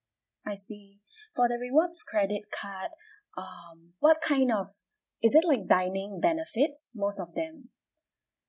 I see for the rewards credit card um what kind of is it like dining benefits most of them